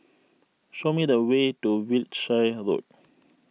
show me the way to Wiltshire Road